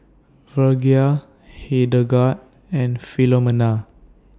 Virgia Hildegard and Filomena